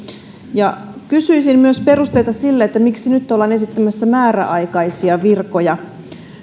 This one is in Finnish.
kysyisin myös perusteita sille miksi nyt ollaan esittämässä määräaikaisia virkoja